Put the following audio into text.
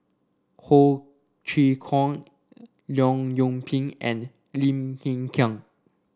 Ho Chee Kong Leong Yoon Pin and Lim Hng Kiang